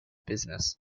business